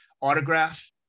autograph